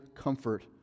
comfort